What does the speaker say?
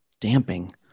Damping